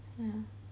mm